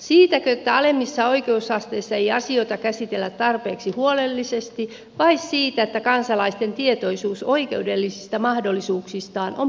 siitäkö että alemmissa oikeusasteissa ei asioita käsitellä tarpeeksi huolellisesti vai siitä että kansalaisten tietoisuus oikeudellisista mahdollisuuksistaan on parantunut